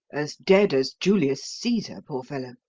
as dead as julius caesar, poor fellow,